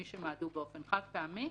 מי שמעדו באופן חד-פעמי.